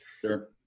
Sure